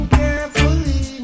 carefully